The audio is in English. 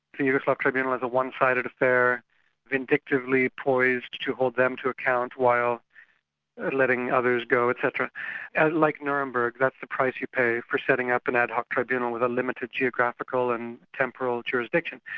the yugoslav tribunal is a one-sided affair vindictively poised to hold them to account while letting others go etc. and like nuremberg, that's the price you pay for setting up an ad hoc tribunal with a limited geographical and temporal jurisdiction.